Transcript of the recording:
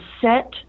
set